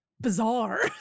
bizarre